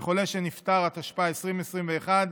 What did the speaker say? וחולה שנפטר), התשפ"א 2021,